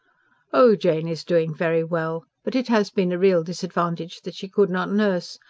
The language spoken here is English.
oh, jane is doing very well. but it has been a real disadvantage that she could not nurse.